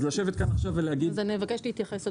אז לשבת כאן עכשיו להגיד- -- אני אבקש להתייחס.